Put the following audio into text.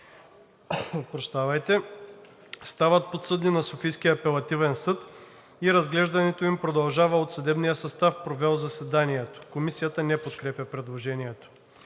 стават подсъдни на Софийския апелативен съд и разглеждането им продължава от съдебния състав, провел заседанието.“ Комисията не подкрепя предложението.